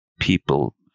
people